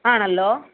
ആ ഹലോ